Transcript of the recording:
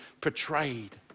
portrayed